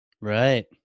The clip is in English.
Right